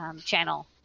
channel